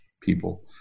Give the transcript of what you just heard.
people